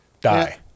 die